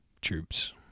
troops